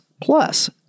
plus